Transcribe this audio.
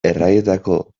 erraietako